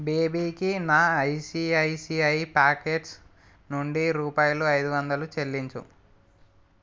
బేబీకి నా ICICI pockets నుండి రూపాయలు ఐదువందలు చెల్లించుము